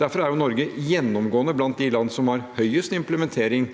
Derfor er Norge gjennomgående blant de land som har høyest implementering